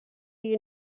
you